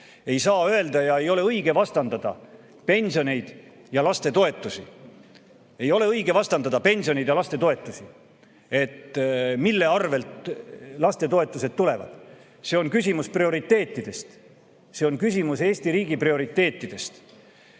Ei saa vastandada pensioneid ja lastetoetusi. Ei ole õige vastandada pensioneid ja lastetoetusi! Mille arvelt lastetoetused tulevad? See on küsimus prioriteetidest. See on küsimus Eesti riigi prioriteetidest.